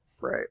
Right